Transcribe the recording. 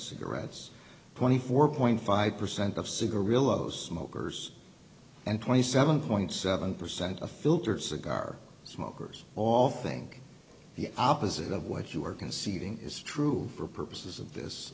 cigarettes twenty four point five percent of cigarillos smokers and twenty seven seven percent of filter cigar smokers all think the opposite of what you are conceding is true for purposes of this